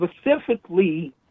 specifically